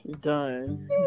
Done